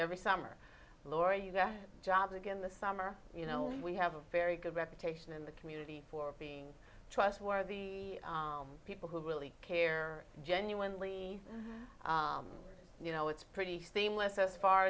every summer lorie you know job again this summer you know we have a very good reputation in the community for being trustworthy the people who really care genuinely you know it's pretty seamless as far